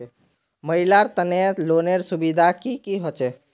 महिलार तने लोनेर सुविधा की की होचे?